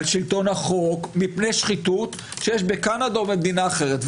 על שלטון החוק מפני שחיתות שיש בקנדה או במדינה אחרת.